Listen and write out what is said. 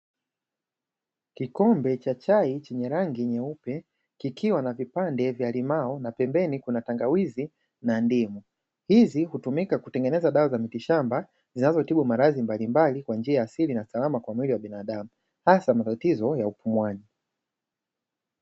Kikombe cha chai chenye rangi nyeupe kukiwa na vipande vya limao na pembeni kukiwa na tangawizi na ndimu, hizi hutumika kutengeneza dawa za miti shamba zinazotibu maradhi mabalimbali kwa njia ya asili na salama kwa mwili wa binadamu hasa kwa matatizo ya upumuaji.